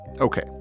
Okay